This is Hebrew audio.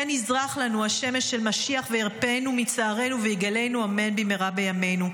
כן יזרח לנו השמש של משיח וירפאנו מצערנו ויגאלנו אמן במהרה בימינו".